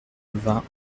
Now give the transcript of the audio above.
vingts